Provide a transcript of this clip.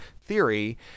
theory